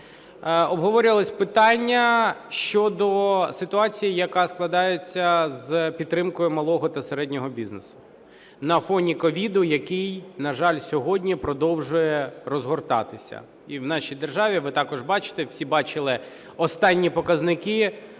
Обговорювалось питання щодо ситуації, яка складається з підтримкою малого та середнього бізнесу на фоні COVID, який, на жаль, сьогодні продовжує розгортатися, і в нашій державі, ви також бачите, всі бачили останні показники